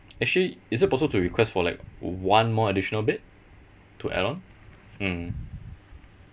actually is it possible to request for like one more additional bed to add on mm